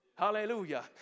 Hallelujah